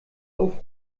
auf